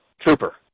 Trooper